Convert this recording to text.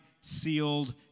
sealed